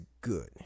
good